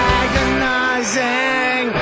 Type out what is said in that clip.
agonizing